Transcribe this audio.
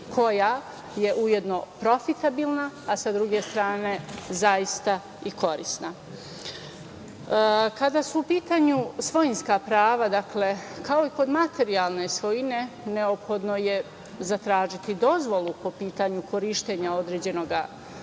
koja je ujedno profitabilna, a sa druge strane, zaista i korisna. Kada su u pitanju svojinska prava, kao i kod materijalne svojine, neophodno je zatražiti dozvolu po pitanju korišćenja određenog produkta